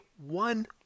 one